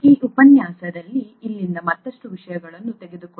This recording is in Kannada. ಈ ಉಪನ್ಯಾಸದಲ್ಲಿ ಇಲ್ಲಿಂದ ಮತ್ತಷ್ಟು ವಿಷಯಗಳನ್ನು ತೆಗೆದುಕೊಳ್ಳೋಣ